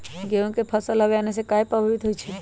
गेंहू के फसल हव आने से काहे पभवित होई छई?